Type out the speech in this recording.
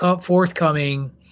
forthcoming